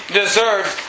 deserved